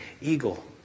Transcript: eagle